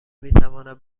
میتواند